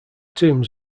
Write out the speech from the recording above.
tombs